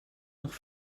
nach